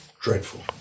dreadful